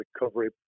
recovery